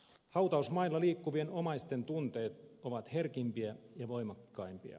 hautausmailla liikkuvien omaisten tunteet ovat herkimpiä ja voimakkaimpia